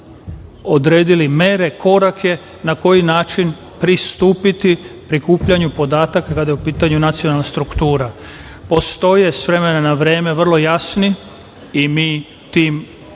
odredili mere, korake na koji način pristupiti prikupljanju podataka kada je u pitanju nacionalna struktura. Postoje s vremena na vreme vrlo jasni i mi tim ukazima